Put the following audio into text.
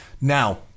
Now